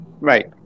Right